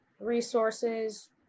resources